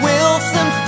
Wilson